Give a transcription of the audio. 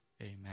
Amen